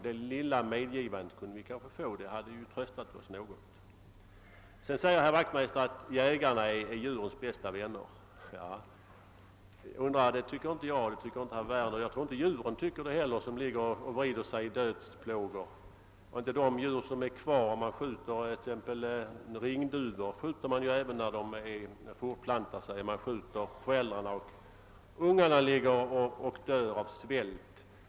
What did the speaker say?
Det lilla medgivandet hade vi kanske kunnat få; det hade väl tröstat oss något. Herr Wachtmeister säger vidare att jägarna är djurens bästa vänner. Det tyc ker inte herr Werner, inte heller jag, och jag tror inte att djuren tycker det, de djur som ligger och vrider sig i dödsplågor. Ringduvor skjuts också under fortplantningstiden. Man skjuter föräldrarna, och ungarna ligger och dör av svält.